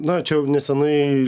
na čia jau nesenai